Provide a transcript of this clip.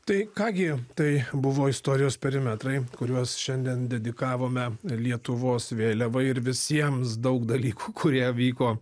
tai ką gi tai buvo istorijos perimetrai kuriuos šiandien dedikavome lietuvos vėliavai ir visiems daug dalykų kurie vyko